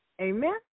Amen